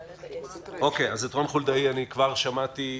את רון חולדאי כבר שמעתי.